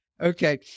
Okay